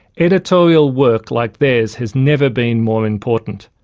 editorial work like theirs has never been more important.